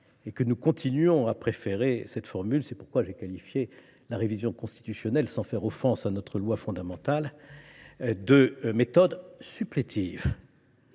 l’État, nous continuons de préférer cette formule. C’est pourquoi j’ai qualifié la révision constitutionnelle, sans faire offense à notre loi fondamentale, de « méthode supplétive